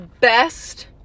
best